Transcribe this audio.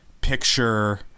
picture